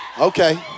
Okay